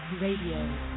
Radio